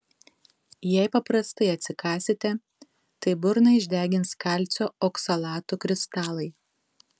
jei paprastai atsikąsite tai burną išdegins kalcio oksalatų kristalai